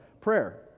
Prayer